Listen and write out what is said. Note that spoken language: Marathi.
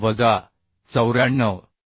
6 वजा 94